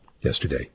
yesterday